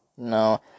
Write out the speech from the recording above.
No